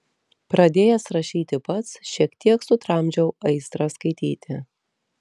pradėjęs rašyti pats šiek tiek sutramdžiau aistrą skaityti